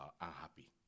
unhappy